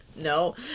No